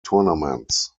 tournaments